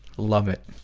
love it.